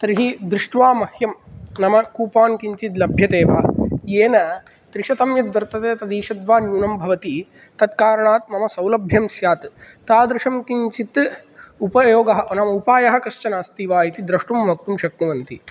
तर्हि दृष्ट्वा मह्यं नाम कूपोन् किञ्चित् लभ्यते वा येन त्रिशतं यत् वर्तते तद् ईषद् वा न्यूनं भवति तत् कारणात् मम सौलभ्यं स्यात् तादृशं किञ्चित् उपयोगः अ नाम उपायः कश्चन अस्ति वा इति द्रष्टुं वक्तुं शक्नुवन्ति